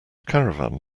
caravan